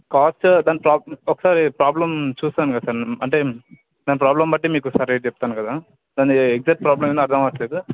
కాదు సార్ దాన్ని ప్రోబ్ ఒకసారి ప్రోబ్లం చూస్తాను కదా సార్ అంటే మేము ప్రోబ్లం బట్టి సరైంది చెప్తాను కదా దాని ఎగ్జాక్ట్ ప్రోబ్లం ఏందో అర్థం అవ్వట్లేదు